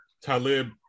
Talib